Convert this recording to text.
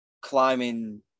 climbing